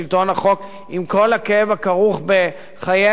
עם כל הכאב הכרוך בחייהם של אזרחים,